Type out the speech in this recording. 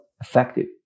effective